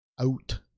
out